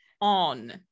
on